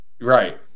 Right